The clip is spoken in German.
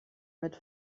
mit